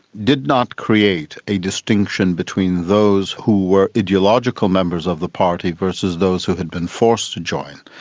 did not create a distinction between those who were ideological members of the party versus those who had been forced to join,